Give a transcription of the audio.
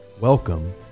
Welcome